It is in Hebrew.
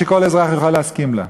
שכל אזרח יוכל להסכים לה: